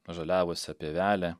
pažaliavusią pievelę